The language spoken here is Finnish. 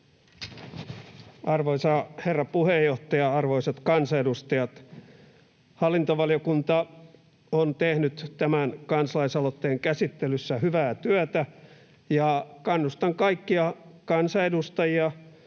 Arvoisa herra puheenjohtaja! Arvoisat kansanedustajat! Hallintovaliokunta on tehnyt tämän kansalaisaloitteen käsittelyssä hyvää työtä, ja kannustan kaikkia kansanedustajia